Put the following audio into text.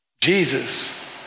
Jesus